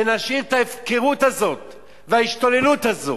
ונשאיר את ההפקרות הזאת וההשתוללות הזאת,